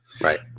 Right